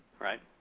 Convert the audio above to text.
right